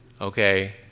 Okay